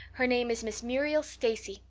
her name is miss muriel stacy.